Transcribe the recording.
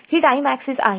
ही time axis आहे